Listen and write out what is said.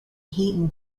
heaton